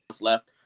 left